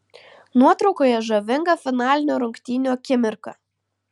nuotraukoje žavinga finalinių rungtynių akimirka